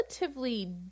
relatively